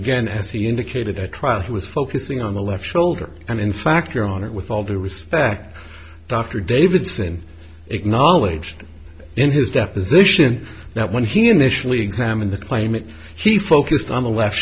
again as he indicated at trial he was focusing on the left shoulder and in fact you're on it with all due respect dr davidson acknowledged in his deposition that when he initially examined the claimant he focused on the left